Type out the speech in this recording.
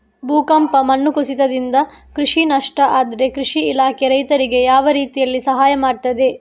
ಭೂಕಂಪ, ಮಣ್ಣು ಕುಸಿತದಿಂದ ಕೃಷಿಗೆ ನಷ್ಟ ಆದ್ರೆ ಕೃಷಿ ಇಲಾಖೆ ರೈತರಿಗೆ ಯಾವ ರೀತಿಯಲ್ಲಿ ಸಹಾಯ ಮಾಡ್ತದೆ?